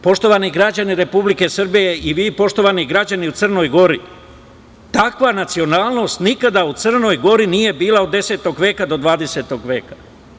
Poštovani građani Republike Srbije i vi, poštovani građani u Crnoj Gori, takva nacionalnost nikada u Crnoj Gori nije bila od 10. do 20. veka.